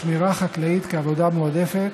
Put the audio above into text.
שמירה חקלאית כעבודה מועדפת),